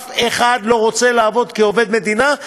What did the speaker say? אף אחד לא רוצה לעבוד כעובד מדינה,